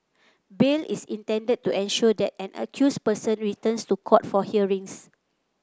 bail is intended to ensure that an accused person returns to court for hearings